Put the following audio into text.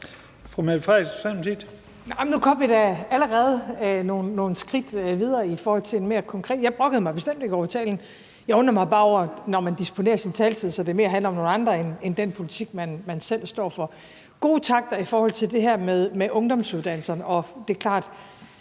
i forhold til noget mere konkret. Jeg brokkede mig da bestemt ikke over talen; jeg undrede mig bare over, at man disponerer sin taletid, så det mere handler om nogle andre end den politik, man selv står for. Der var gode takter i forhold til det her med ungdomsuddannelserne.